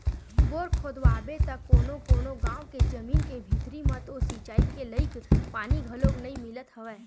bore खोदवाबे त कोनो कोनो गाँव के जमीन के भीतरी म तो सिचई के लईक पानी घलोक नइ मिलत हवय